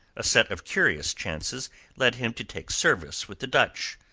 a set of curious chances led him to take service with the dutch,